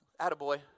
attaboy